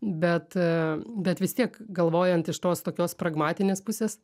bet bet vis tiek galvojant iš tos tokios pragmatinės pusės